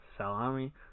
Salami